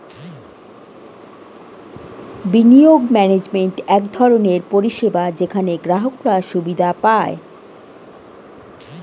বিনিয়োগ ম্যানেজমেন্ট এক ধরনের পরিষেবা যেখানে গ্রাহকরা সুবিধা পায়